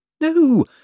No